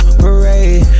parade